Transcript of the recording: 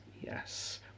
Yes